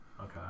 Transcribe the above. Okay